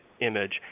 image